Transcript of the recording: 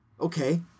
Okay